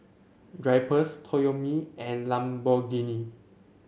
Drypers Toyomi and Lamborghini